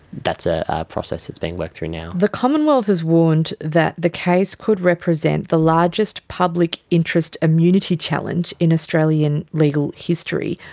that's a process that is being worked through now. the commonwealth has warned that the case could represent the largest public interest immunity challenge in australian legal history.